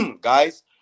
guys